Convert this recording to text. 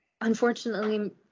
unfortunately